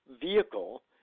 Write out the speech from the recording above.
vehicle